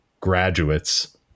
Graduates